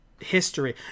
history